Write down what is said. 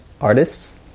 artists